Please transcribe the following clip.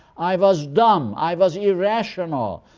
i was dumb, i was irrational.